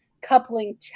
coupling